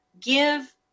give